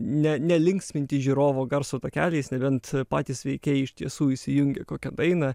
ne nelinksminti žiūrovo garso takeliais nebent patys veikėjai iš tiesų įsijungia kokią dainą